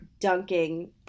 dunking